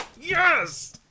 Yes